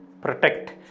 protect